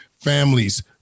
families